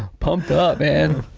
pumped up, man.